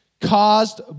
caused